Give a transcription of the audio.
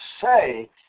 say